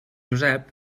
josep